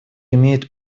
имеет